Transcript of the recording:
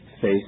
face